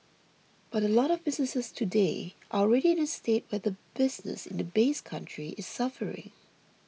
but a lot of businesses today are already in a state where the business in the base country is suffering